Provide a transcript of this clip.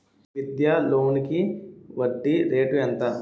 విద్యా లోనికి వడ్డీ రేటు ఎంత?